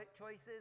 choices